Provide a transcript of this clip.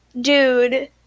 dude